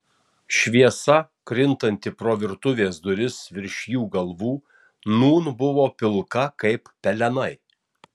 šviesa krintanti pro virtuvės duris virš jų galvų nūn buvo pilka kaip pelenai